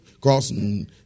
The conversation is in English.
crossing